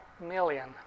million